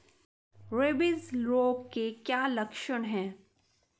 Rabies रोग के क्या लक्षण है?